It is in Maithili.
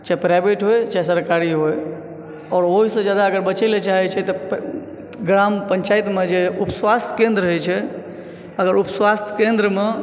चाहे प्राइवेट होइ चाहे सरकारी होइ आओर ओहू सऽ जादा अगर बचै लए चाहे छै तऽ ग्राम पंचायत मे जे उप स्वास्थ्य केन्द्र होइ छै अगर उपस्वास्थ्य केन्द्र मे